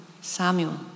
Samuel